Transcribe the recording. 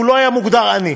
הוא לא היה מוגדר עני.